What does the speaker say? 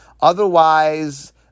Otherwise